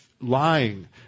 lying